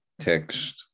Text